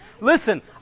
listen